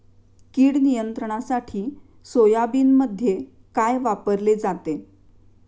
कीड नियंत्रणासाठी सोयाबीनमध्ये काय वापरले जाते?